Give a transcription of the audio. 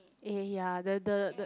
eh ya the the the